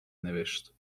نوشت